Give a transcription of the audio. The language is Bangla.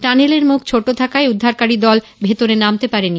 টানেলের মুখ ছোটো থাকায় উদ্ধারকারী দল ভেতরে নামতে পারেনি